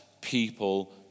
people